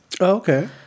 okay